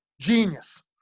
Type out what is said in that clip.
genius